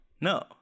No